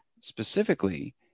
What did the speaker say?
specifically